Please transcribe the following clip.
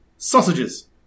Sausages